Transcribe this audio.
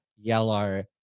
yellow